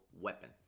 weapon